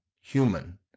human